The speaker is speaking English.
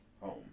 home